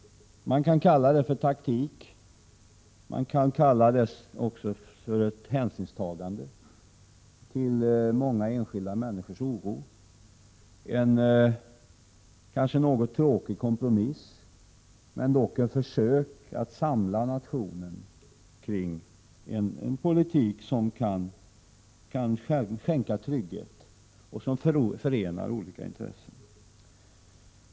Man kan kalla detta för taktik, men man kan också kalla det för hänsynstagande till många enskilda människors oro. Det är kanske en något tråkig kompromiss, men det är i alla fall ett försök att samla nationen kring en politik som kan skänka trygghet och som förenar olika intressen.